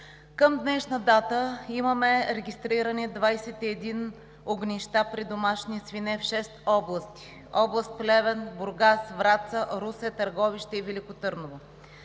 Към днешна дата имаме регистрирани 21 огнища при домашни свине в шест области – Плевен, Бургас, Враца, Русе, Търговище и Велико Търново.